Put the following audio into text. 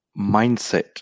mindset